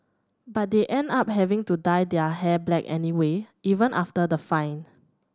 but they end up having to dye their hair black anyway even after the fine